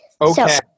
Okay